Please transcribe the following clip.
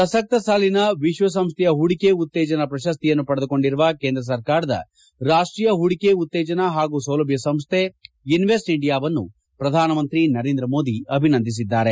ಪ್ರಸಕ್ತ ಸಾಲಿನ ವಿಶ್ವಸಂಸ್ಥೆಯ ಹೂಡಿಕೆ ಉತ್ತೇಜನ ಪ್ರಶಸ್ತಿಯನ್ನು ಪಡೆದುಕೊಂಡಿರುವ ಕೇಂದ್ರ ಸರ್ಕಾರದ ರಾಷ್ಟೀಯ ಹೂಡಿಕೆ ಉತ್ತೇಜನ ಹಾಗೂ ಸೌಲಭ್ಯ ಸಂಸ್ಥೆ ಇನ್ವೆಸ್ಟ್ ಇಂಡಿಯಾವನ್ನು ಪ್ರಧಾನಮಂತ್ರಿ ನರೇಂದ್ರ ಮೋದಿ ಅಭಿನಂದಿಸಿದ್ದಾರೆ